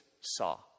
saw